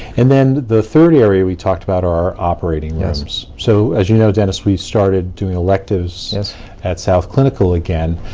and then the third area we talked about are our operating yeah rooms. so, as you know, dennis, we started doing electives at south clinical again.